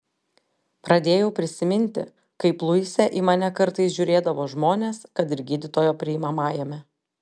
pradėjau prisiminti kaip luise į mane kartais žiūrėdavo žmonės kad ir gydytojo priimamajame